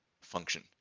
function